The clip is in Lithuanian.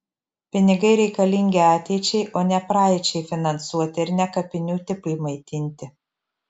pinigai reikalingi ateičiai o ne praeičiai finansuoti ir ne kapinių tipui maitinti